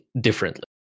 Differently